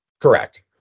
Correct